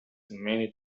many